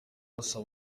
basaba